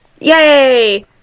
Yay